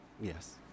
Yes